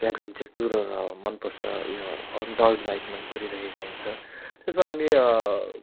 adventurer tourer अब मन पर्छ यो हन्टर बाइक मन परिरहेको हुन्छ त्यसमा हामी